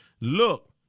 Look